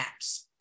apps